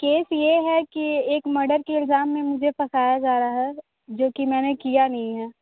case ये है कि एक मर्डर के इल्जाम में मुझे फसाया जा रहा हैं जो कि मैंने किया नहीं है